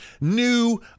new